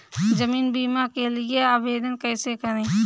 जीवन बीमा के लिए आवेदन कैसे करें?